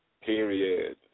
Period